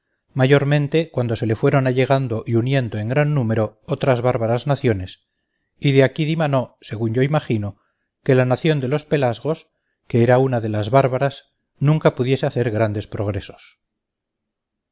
mayormente cuando se le fueron allegando y uniendo en gran número otras bárbaras naciones y de aquí dimanó según yo imagino que la nación de los pelasgos que era una de las bárbaras nunca pudiese hacer grandes progresos